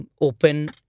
open